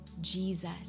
Jesus